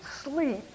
sleep